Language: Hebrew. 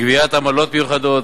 גביית עמלות מיוחדות,